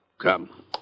Come